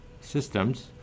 systems